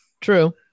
true